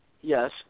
Yes